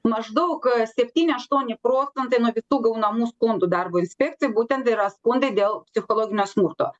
maždaug septyni aštuoni procentai nuo visų gaunamų skundų darbo inspekcijai būtent yra skundai dėl psichologinio smurto